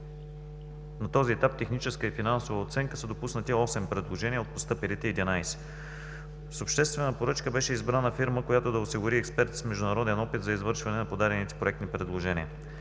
На този етап – „Техническа и финансова оценка“ са допуснати осем предложения от постъпилите 11. С обществена поръчка беше избрана фирма, която да осигури експерти с международен опит за извършване на подадените проектни предложения.